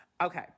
Okay